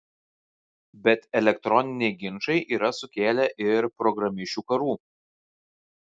bet elektroniniai ginčai yra sukėlę ir programišių karų